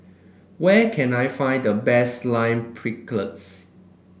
where can I find the best Lime Pickle